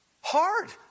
Hard